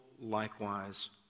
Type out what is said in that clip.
likewise